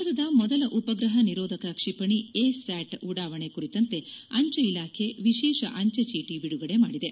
ಭಾರತದ ಮೊದಲ ಉಪಗ್ರಹ ನಿರೋಧಕ ಕ್ಷಿಪಣಿ ಎ ಸ್ಟಾಟ್ ಉಡಾವಣೆ ಕುರಿತಂತೆ ಅಂಚೆ ಇಲಾಖೆ ವಿಶೇಷ ಅಂಚೆಚೀಟಿ ಬಿಡುಗಡೆ ಮಾಡಿದೆ